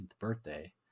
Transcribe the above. birthday